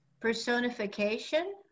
personification